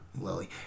Lily